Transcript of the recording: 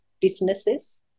businesses